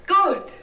Good